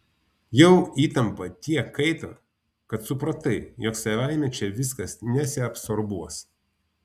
jau įtampa tiek kaito kad supratai jog savaime čia viskas nesiabsorbuos